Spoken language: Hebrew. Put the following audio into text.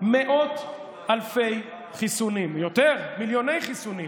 מאות אלפי חיסונים, יותר, מיליוני חיסונים,